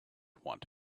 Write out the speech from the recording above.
want